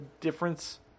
difference